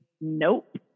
nope